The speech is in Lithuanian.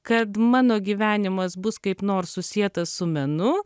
kad mano gyvenimas bus kaip nors susietas su menu